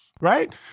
right